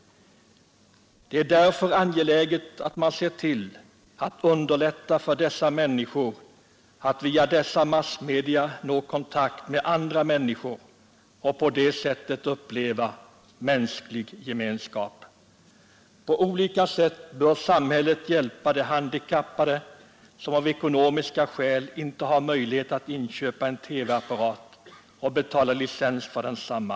Det är därför angeläget att man ser till att underlätta för dem att via dessa massmedia nå kontakt med andra människor och på det sättet uppleva mänsklig gemenskap. På olika sätt bör samhället hjälpa de handikappade som av ekonomiska skäl inte har möjlighet att inköpa en TV-apparat och betala licens för densamma.